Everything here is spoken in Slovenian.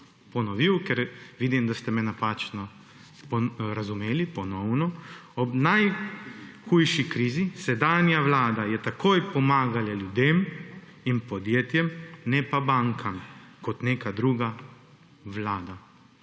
ponovil, ker vidi, da ste me napačno razumeli ponovno. Ob najhujši krizi sedanja Vlada je takoj pomagala ljudem in podjetjem ne pa bankam kot neka druga Vlada.